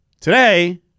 today